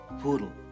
poodle